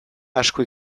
asko